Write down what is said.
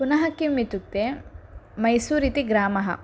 पुनः किम् इत्युक्ते मैसूरु इति ग्रामः